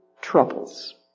troubles